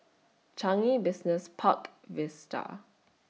Changi Business Park Vista